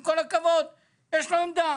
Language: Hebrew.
עם כל הכבוד יש לו עמדה.